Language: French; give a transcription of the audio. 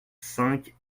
cinq